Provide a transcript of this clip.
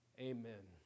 Amen